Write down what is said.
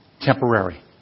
temporary